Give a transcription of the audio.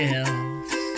else